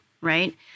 right